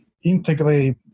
integrate